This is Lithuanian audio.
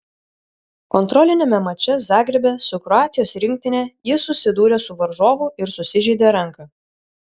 kontroliniame mače zagrebe su kroatijos rinktine jis susidūrė su varžovu ir susižeidė ranką